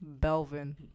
Belvin